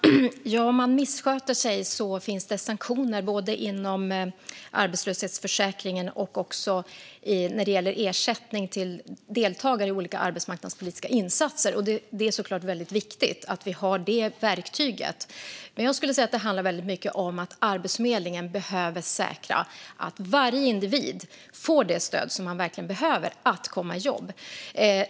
Fru talman! Om man missköter sig finns det sanktioner som kan tillämpas både inom arbetslöshetsförsäkringen och när det gäller ersättning till deltagare i olika arbetsmarknadspolitiska insatser. Det är såklart väldigt viktigt att vi har det verktyget. Men jag skulle säga att det handlar väldigt mycket om att Arbetsförmedlingen behöver säkra att varje individ får det stöd som man behöver för att komma i jobb.